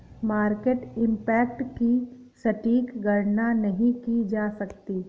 market impact की सटीक गणना नहीं की जा सकती